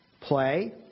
play